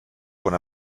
quan